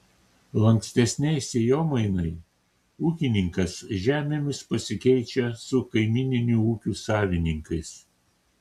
lankstesnei sėjomainai ūkininkas žemėmis pasikeičia su kaimyninių ūkių savininkais